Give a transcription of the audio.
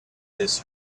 his